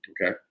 okay